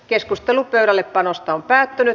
keskustelu pöydällepanosta päättyi